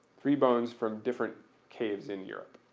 three bones from different caves in europe.